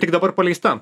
tik dabar paleista